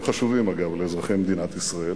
הם חשובים, אגב, לאזרחי מדינת ישראל.